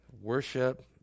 worship